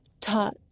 taught